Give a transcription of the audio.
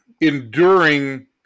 enduring